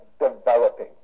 developing